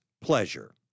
pleasure